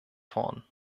vorn